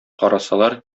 карасалар